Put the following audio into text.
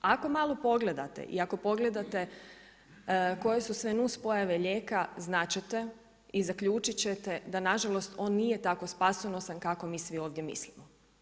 Ako malo pogledate i ako pogledate koje su sve nuspojave lijeka znati ćete i zaključiti ćete da nažalost on nije tako spasonosan kako mi svi ovdje mislimo.